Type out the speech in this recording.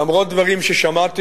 למרות דברים ששמעתי,